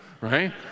right